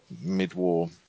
mid-war